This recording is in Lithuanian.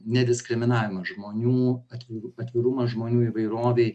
nediskriminavimą žmonių atviru atvirumą žmonių įvairovei